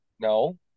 no